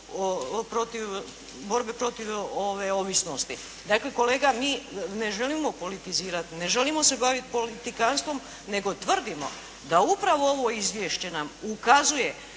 borbe protiv ove ovisnosti. Dakle kolega mi ne želimo politizirati. Ne želimo se baviti politikanstvom nego tvrdimo da upravo ovo izvješće nam ukazuje